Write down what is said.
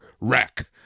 wreck